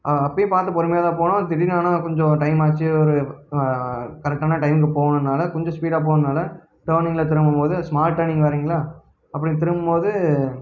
அப்பயும் பார்த்து பொறுமையாக தான் போனோம் திடீரெனு ஆனால் கொஞ்சம் டைமாச்சு ஒரு கரெக்டான டைமுக்கு போகணுன்னால கொஞ்சம் ஸ்பீடாக போனனால் டேர்னிங்கில் திரும்பும்போது ஸ்மால் டேர்னிங் வேறுங்களா அப்படி திரும்பும்போது